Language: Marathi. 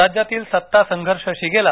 राज्यातील सत्तासंघर्ष शिगेला